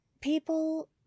people